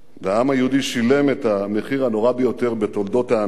והעם היהודי שילם את המחיר הנורא ביותר בתולדות העמים